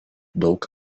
daug